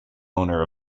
owner